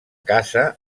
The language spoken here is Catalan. casa